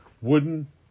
wooden